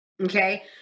okay